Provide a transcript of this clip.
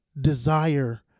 Desire